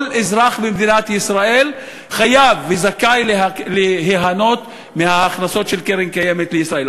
כל אזרח במדינת ישראל חייב וזכאי ליהנות מההכנסות של קרן קיימת לישראל.